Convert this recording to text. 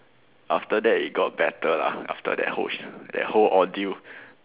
after that it got better lah after that whole sh~ that whole ordeal